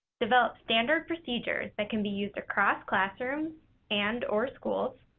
develop standard procedures that can be used across classrooms and or schools